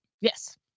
Yes